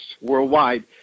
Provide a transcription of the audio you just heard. worldwide